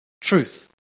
truth